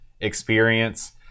experience